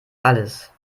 alles